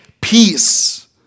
peace